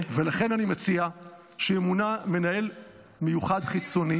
ולכן אני מציע שימונה מנהל מיוחד חיצוני